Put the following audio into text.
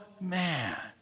man